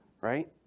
Right